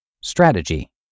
Strategy